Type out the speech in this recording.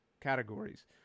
categories